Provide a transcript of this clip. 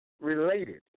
related